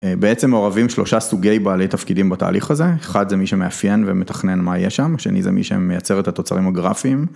בעצם מעורבים שלושה סוגי בעלי תפקידים בתהליך הזה אחד זה מי שמאפיין ומתכנן מה יהיה שם השני זה מי שמייצר את התוצרים הגרפיים.